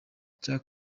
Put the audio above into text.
cya